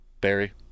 Barry